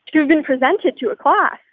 and have been presented to a class.